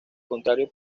contrario